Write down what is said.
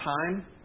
time